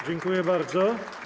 Dziękuję bardzo.